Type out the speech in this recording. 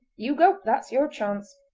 you go, that's your chance!